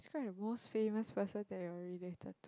describe the most famous person that you're related to